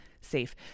safe